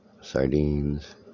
Sardines